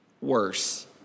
worse